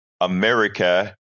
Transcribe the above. America